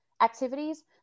activities